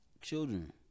children